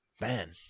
Man